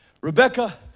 Rebecca